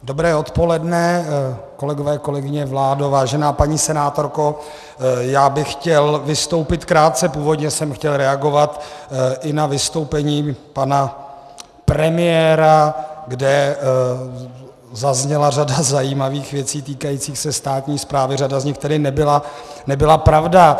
Dobré odpoledne, kolegové, kolegyně, vládo, vážená paní senátorko, já bych chtěl vystoupit krátce, původně jsem chtěl reagovat i na vystoupení pana premiéra, kde zazněla řada zajímavých věcí týkajících se státní správy, řada z nich tedy nebyla pravda.